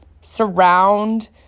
Surround